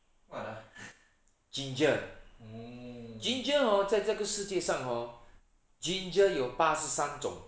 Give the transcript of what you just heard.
what ah ginger ginger hor 在这个世界上 hor ginger 有八十三种